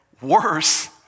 worse